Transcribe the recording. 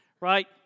right